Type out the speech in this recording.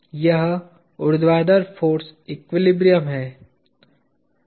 यह ऊर्ध्वाधर force equilibrium है